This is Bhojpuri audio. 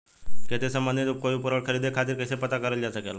खेती से सम्बन्धित कोई उपकरण खरीदे खातीर कइसे पता करल जा सकेला?